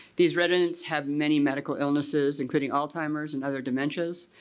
these residents have many medical illnesses including alzheimer's and other dementias,